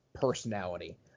personality